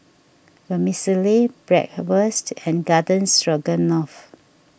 Vermicelli Bratwurst and Garden Stroganoff